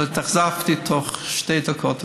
אבל התאכזבתי תוך שתי דקות,